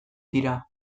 dira